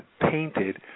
painted